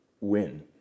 win